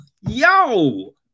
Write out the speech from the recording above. yo